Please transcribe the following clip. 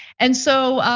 and so,